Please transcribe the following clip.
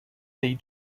they